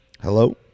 Hello